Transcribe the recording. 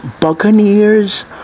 Buccaneers